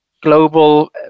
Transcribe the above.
global